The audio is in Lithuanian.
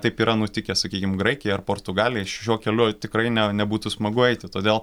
taip yra nutikę sakykim graikijai ar portugalijai šiuo keliu tikrai ne nebūtų smagu eiti todėl